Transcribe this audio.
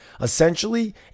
essentially